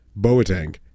boateng